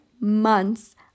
months